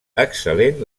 excel·lent